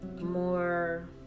more